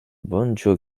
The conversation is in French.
banjo